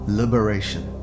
liberation